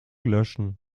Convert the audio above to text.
löschen